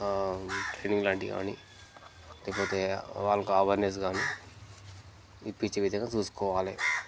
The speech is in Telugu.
ట్రైనింగ్ లాంటివి కానీ లేకపోతే వాళ్ళకి అవర్నెస్ కానీ ఇచ్చే విధంగా చూసుకోవాలి